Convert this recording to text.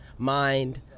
mind